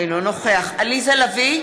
אינו נוכח עליזה לביא,